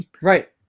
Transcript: Right